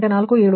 6 degree 1